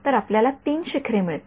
तर आपल्याला ३ शिखरे मिळतील